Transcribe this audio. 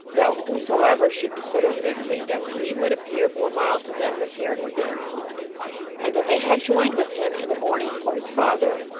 that whosoever should be set over their kingdom, he would appear more mild to them than herod had been and that they had joined with him in the mourning for his father,